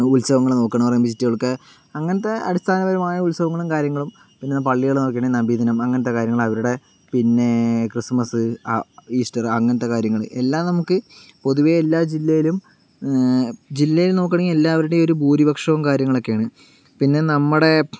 ഉത്സവങ്ങളെ നോക്കാന്നു പറയുമ്പോൾ ചുറ്റുവിളക്ക് അങ്ങനത്തെ അടിസ്ഥാനപരമായ ഉത്സവങ്ങളും കാര്യങ്ങളും പിന്നെ പള്ളികൾ നോക്കുകയാണെങ്കിൽ നബിദിനം അങ്ങനത്തെ കാര്യങ്ങൾ അവരുടെ പിന്നെ ക്രിസ്തുമസ് ആ ഈസ്റ്റർ അങ്ങനത്തെ കാര്യങ്ങള് എല്ലാം നമുക്ക് പൊതുവേ എല്ലാ ജില്ലയിലും ജില്ലയിൽ നോക്കണെ എല്ലാവരുടെയും ഒരു ഭൂരിപക്ഷവും കാര്യങ്ങളൊക്കെയാണ് പിന്നെ നമ്മടെ